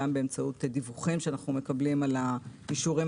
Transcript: גם באמצעות דיווחים שאנחנו מקבלים על האישורים